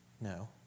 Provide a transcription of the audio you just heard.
No